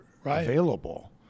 available